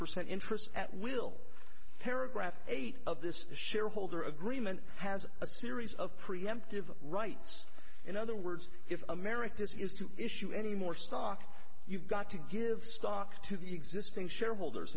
percent interest at will paragraph eight of this shareholder agreement has a series of preemptive rights in other words if america is to issue any more stock you've got to give stock to the existing shareholders